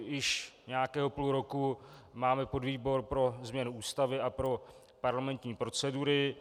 Již nějakého půl roku máme podvýbor pro změnu Ústavy a pro parlamentní procedury.